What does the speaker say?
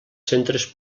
centres